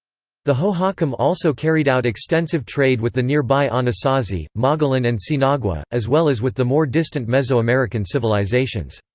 the hohokam also carried out extensive trade with the nearby anasazi, mogollon and sinagua, as well as with the more distant mesoamerican civilizations.